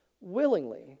willingly